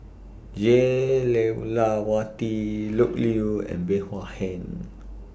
Jah Lelawati Loke Yew and Bey Hua Heng